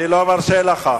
אני לא מרשה לך.